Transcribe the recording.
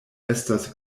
estas